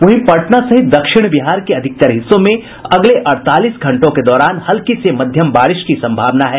वहीं पटना सहित दक्षिण बिहार के अधिकतर हिस्सों में अगले अड़तालीस घंटों के दौरान हल्की से मध्यम बारिश की संभावना है